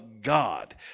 God